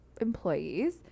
employees